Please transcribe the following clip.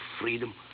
freedom